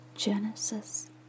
Genesis